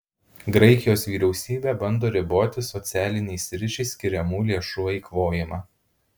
graikijos vyriausybė bando riboti socialiniai sričiai skiriamų lėšų eikvojimą